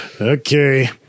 okay